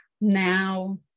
now